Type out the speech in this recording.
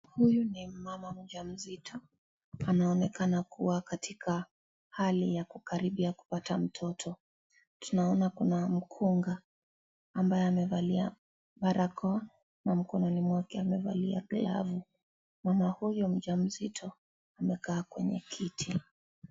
Huyu ni mama mmoja mjamzito. Anaonekana kuwa katika hali ya kukaribia kupata mtoto. Tunaona kuna mkunga ambaye amevalia barakoa na mikononi mwake amevalia glavu. Mama huyo mjamzito amekaa kwenye kiti.